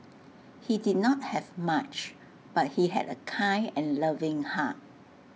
he did not have much but he had A kind and loving heart